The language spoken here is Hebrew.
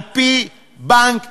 על-פי בנק ישראל,